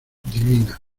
divina